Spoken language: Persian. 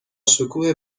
شکوه